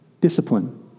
discipline